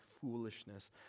foolishness